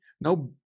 no